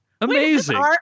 amazing